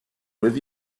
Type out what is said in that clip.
with